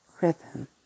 rhythm